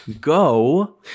go